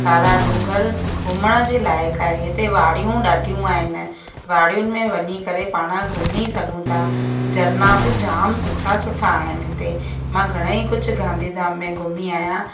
कारा ॾूंगर घुमण जे लाइक आहे हिते वाड़ियूं ॾाढियूं आहिनि वाड़ियुनि में वञी करे पाण घुमीं सघूं था झरना बि जाम सुठा सुठा आहिनि हिते मां घणेई कुझु गांधीधाम में घुमी आहियां